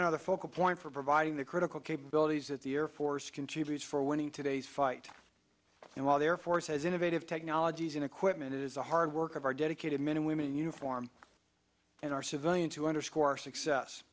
on the focal point for providing the critical capabilities that the air force contributes for winning today's fight and while the air force has innovative technologies and equipment it is the hard work of our dedicated men and women in uniform and our civilian to underscore our success